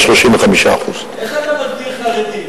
זה 35% איך אתה מגדיר חרדי,